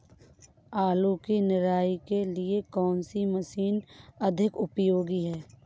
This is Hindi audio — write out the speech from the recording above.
आलू की निराई के लिए कौन सी मशीन अधिक उपयोगी है?